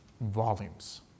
volumes